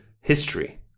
history